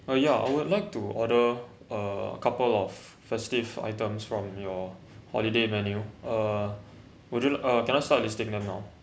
uh ya I would like to order a couple of festive items from your holiday menu uh would you uh can I start listing them now